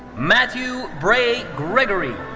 matthew bray gregory.